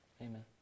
Amen